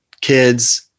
kids